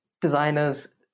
designers